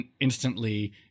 instantly